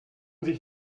sich